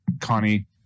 connie